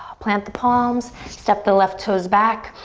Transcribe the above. plant the palms, step the left toes back,